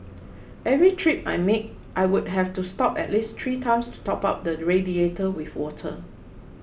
every trip I made I would have to stop at least three times to top up the radiator with water